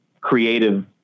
creative